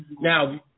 Now